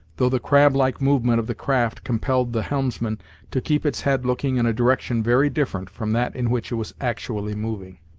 though the crab-like movement of the craft compelled the helmsman to keep its head looking in a direction very different from that in which it was actually moving.